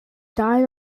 died